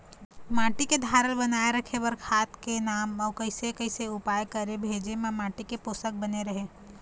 माटी के धारल बनाए रखे बार खाद के नाम अउ कैसे कैसे उपाय करें भेजे मा माटी के पोषक बने रहे?